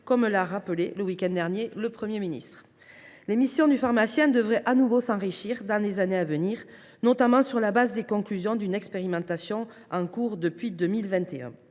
comme l’a rappelé, le week end dernier, le Premier ministre. Les missions du pharmacien devraient de nouveau s’enrichir dans les années à venir, notamment sur la base des conclusions d’une expérimentation en cours depuis 2021.